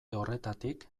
horretatik